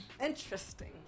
Interesting